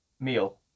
meal